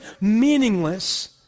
meaningless